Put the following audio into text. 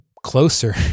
Closer